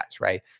right